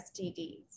STDs